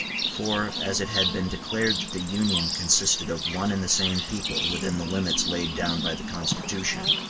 for, as it had been declared that the union consisted of one and the same people within the limits laid down by the constitution,